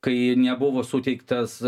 kai nebuvo suteiktas